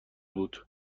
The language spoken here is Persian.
بود